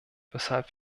weshalb